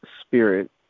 spirit